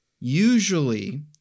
usually